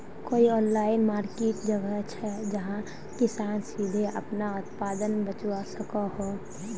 कोई online market जगह छे जहाँ किसान सीधे अपना उत्पाद बचवा सको हो?